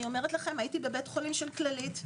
הייתי בבית חולים של כללית.